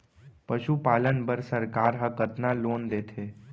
पशुपालन बर सरकार ह कतना लोन देथे?